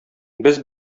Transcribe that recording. без